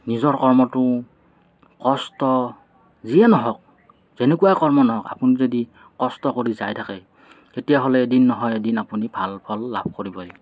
নিজৰ কৰ্মটো কষ্ট যিয়েই নহওঁক যেনেকুৱাই কৰ্ম নহওঁক আপুনি যদি কষ্ট কৰি যাই থাকে তেতিয়াহ'লে এদিন নহয় এদিন আপুনি ভাল ফল লাভ কৰিবই